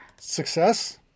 Success